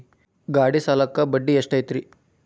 ಗಾಡಿ ಸಾಲಕ್ಕ ಬಡ್ಡಿ ಎಷ್ಟೈತ್ರಿ?